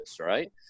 right